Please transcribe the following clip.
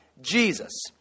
Jesus